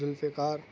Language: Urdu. ذوالفقار